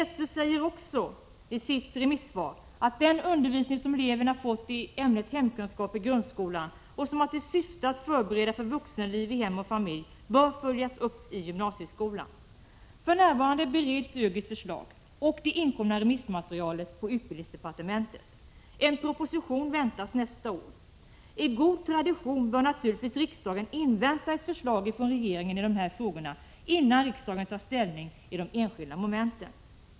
SÖ säger också i sitt remissvar att den undervisning i ämnet hemkunskap som eleverna fått i grundskolan och som har till syfte att förbereda för vuxenliv i hem och familj bör följas upp i gymnasieskolan. För närvarande bereds ÖGY:s förslag och det inkomna remissmaterialet på utbildningsdepartementet. En proposition väntas nästa år. Enligt god tradition bör naturligtvis riksdagen invänta ett förslag från regeringen i de här frågorna, innan riksdagen tar ställning till de enskilda momenten.